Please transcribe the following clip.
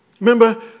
Remember